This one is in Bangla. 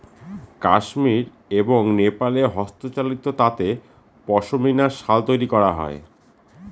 কাশ্মির এবং নেপালে হস্তচালিত তাঁতে পশমিনা শাল তৈরী করা হয়